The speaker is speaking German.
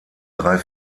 drei